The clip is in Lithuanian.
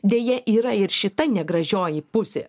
deja yra ir šita negražioji pusė